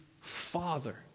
Father